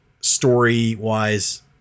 story-wise